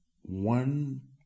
one